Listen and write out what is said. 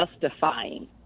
justifying